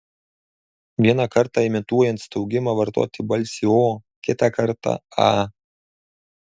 vieną kartą imituojant staugimą vartoti balsį o kitą kartą a